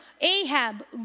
Ahab